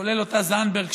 כולל אותה זנדברג,